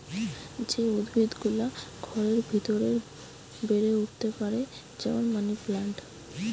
যে উদ্ভিদ গুলা ঘরের ভিতরে বেড়ে উঠতে পারে যেমন মানি প্লান্ট